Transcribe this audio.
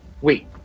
Wait